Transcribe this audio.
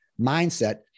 mindset